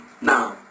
now